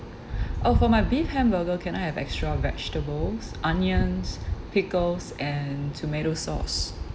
oh for my beef hamburger can I have extra vegetables onions pickles and tomato sauce